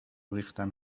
ریختن